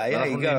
הבעיה העיקרית,